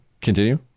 Continue